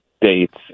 dates